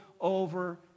over